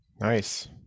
Nice